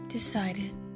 decided